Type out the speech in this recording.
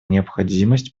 необходимость